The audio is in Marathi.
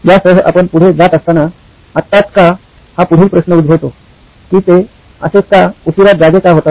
यासह आपण पुढे जात असताना आताच का हा पुढील प्रश्न उद्भवतो की ते असे का उशिरा जागे का होतात